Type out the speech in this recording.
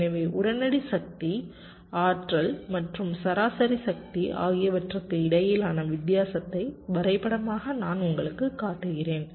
எனவே உடனடி சக்தி ஆற்றல் மற்றும் சராசரி சக்தி ஆகியவற்றுக்கு இடையிலான வித்தியாசத்தை வரைபடமாக நான் உங்களுக்குக் காட்டுகிறேன்